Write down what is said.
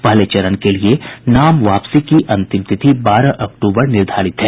पहले चरण के लिए नाम वापसी की अंतिम तिथि बारह अक्टूबर निर्धारित है